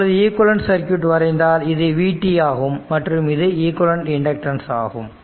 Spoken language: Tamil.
இப்பொழுது ஈக்விவலெண்ட் சர்க்யூட் வரைந்தால் இது v ஆகும் மற்றும் இது ஈக்விவலெண்ட் இண்டக்டன்ஸ் ஆகும்